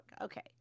Okay